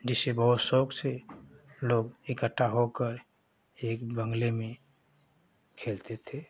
जिसे बहुत शौक़ से लोग इकठ्ठा होकर एक बँगले में खेलते थे